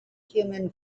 human